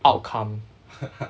outcome